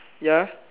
ya